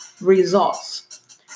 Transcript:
results